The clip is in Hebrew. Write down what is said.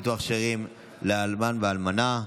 ביטוח שאירים לאלמן ואלמנה).